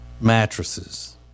mattresses